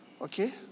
Okay